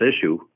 issue